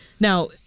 Now